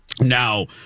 Now